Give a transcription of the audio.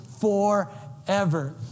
forever